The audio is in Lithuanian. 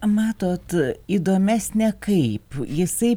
matot įdomesnę kaip jisai